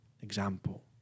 example